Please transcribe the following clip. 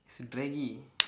it's draggy